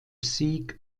sieg